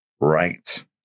right